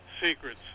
secrets